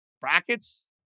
Brackets